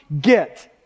get